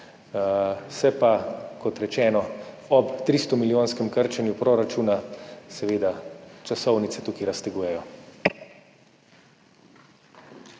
Se pa kot rečeno ob 300-milijonskem krčenju proračuna seveda časovnice tukaj raztegujejo.